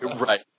Right